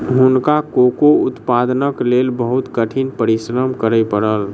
हुनका कोको उत्पादनक लेल बहुत कठिन परिश्रम करय पड़ल